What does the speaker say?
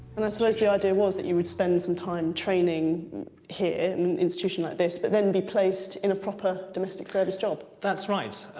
and i suppose the idea was that you would spend some time training here, in an institution like this, but then be placed in a proper domestic service job. that's right.